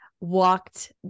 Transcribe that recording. walked